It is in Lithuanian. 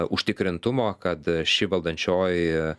užtikrintumo kad ši valdančioji